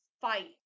fight